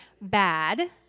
bad